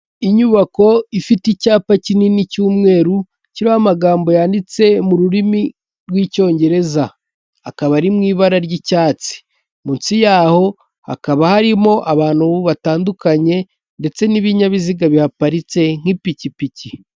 Inyubako ifite icyapa kinini cy'umweru kiriho amagambo yanditse mu rurimi rw'icyongereza akaba ari mu ibara ry'icyatsi munsi yaho hakaba harimo abantu batandukanye ndetse n'ibinyabiziga biparitse nk'ipikipiki.